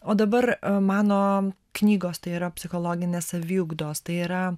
o dabar mano knygos tai yra psichologinės saviugdos tai yra